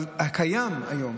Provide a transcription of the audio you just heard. אבל הקיים היום,